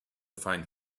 find